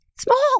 small